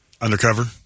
Undercover